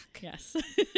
Yes